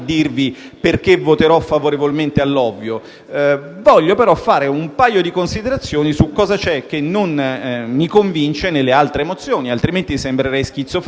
perché voterò favorevolmente all'ovvio, ma voglio fare un paio di considerazioni su cosa non mi convince nelle altre mozioni, altrimenti, sembrerei schizofrenico.